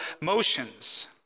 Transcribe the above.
motions